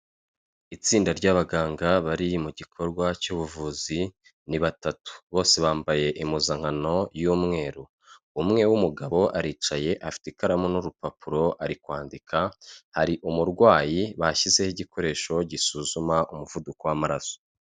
Itsinda ry'abaganga bari mu gikorwa cy'ubuvuzi, ni batatu, bose bambaye impuzankano y'umweru, umwe w'umugabo aricaye afite ikaramu n'urupapuro ari kwandika, hari umurwayi bashyizeho igikoresho gisuzuma umuvuduko w'amaraso.